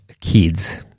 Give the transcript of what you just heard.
kids